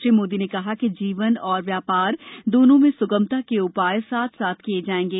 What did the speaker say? श्री मोदी ने कहा कि जीवन और व्यापार दोनों में स्गमता के उपाय साथ साथ किए जाएंगे